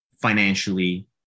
financially